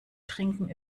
trinken